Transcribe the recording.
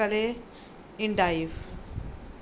ਕਲੇ endive